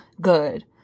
good